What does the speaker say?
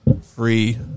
free